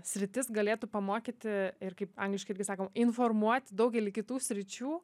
sritis galėtų pamokyti ir kaip angliškai irgi sakome informuoti daugelį kitų sričių